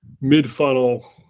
mid-funnel